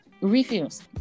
Refuse